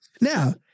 Now